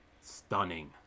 stunning